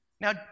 Now